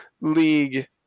league